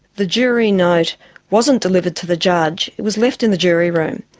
the jury note wasn't delivered to the judge, it was left in the jury room,